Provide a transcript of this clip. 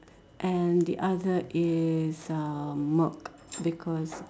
and the other is uh milk because